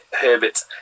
Herbert